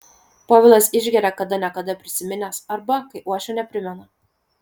povilas išgeria kada ne kada prisiminęs arba kai uošvienė primena